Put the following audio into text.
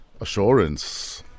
Assurance